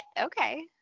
Okay